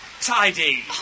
Tidy